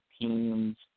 teams